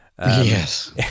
Yes